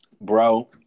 Bro